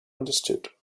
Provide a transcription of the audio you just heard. understood